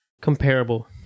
comparable